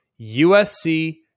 USC